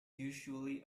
usually